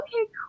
okay